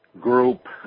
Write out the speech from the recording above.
group